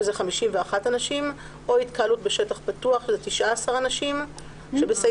שזה 51 אנשים או "התקהלות בשטח פתוח" שזה 19 אנשים --- 50.